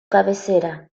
cabecera